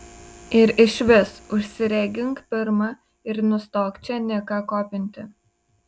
ir išvis užsiregink pirma ir nustok čia niką kopinti